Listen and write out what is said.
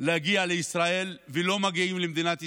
להגיע לישראל ולא מגיעים למדינת ישראל,